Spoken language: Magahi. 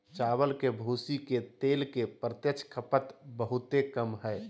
चावल के भूसी के तेल के प्रत्यक्ष खपत बहुते कम हइ